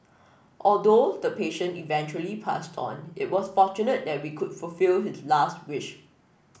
although the patient eventually passed on it was fortunate that we could fulfil his last wish